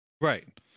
right